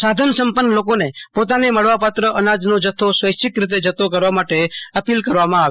સાધન સંપન્ન લોકોને પોતાને મળવાપાત્ર અનાજના જથ્થો સ્વૈચ્છિક રીતે જતો કરવા માટે અપીલ કરવામાં આવી છે